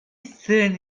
syn